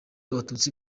abatutsi